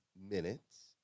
minutes